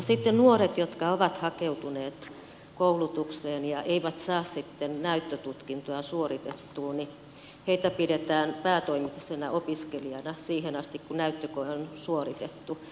sitten nuoria jotka ovat hakeutuneet koulutukseen ja eivät saa näyttötutkintoa suoritettua pidetään päätoimisina opiskelijoina siihen asti kun näyttökoe on suoritettu